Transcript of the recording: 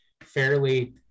fairly